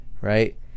right